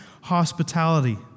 hospitality